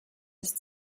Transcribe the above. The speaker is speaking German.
ist